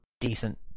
decent